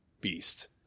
beast